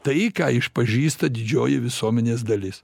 tai ką išpažįsta didžioji visuomenės dalis